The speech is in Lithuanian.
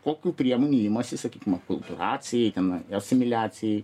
kokių priemonių imasi sakykim akulturacijai ten asimiliacijai